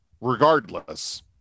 regardless